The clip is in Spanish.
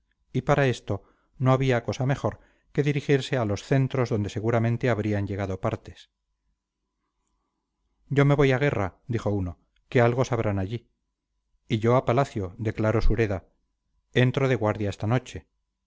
y para esto no había cosa mejor que dirigirse a loscentros donde seguramente habrían llegado partes yo me voy a guerra dijo uno que algo sabrán allí y yo a palacio declaró sureda entro de guardia esta noche